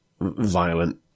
violent